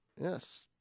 Yes